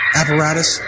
apparatus